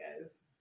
guys